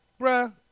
bruh